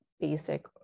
basic